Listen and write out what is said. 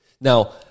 Now